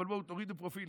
אבל בואו תורידו פרופיל,